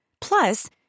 Plus